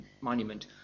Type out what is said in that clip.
monument